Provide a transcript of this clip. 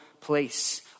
place